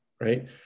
right